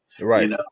Right